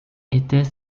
était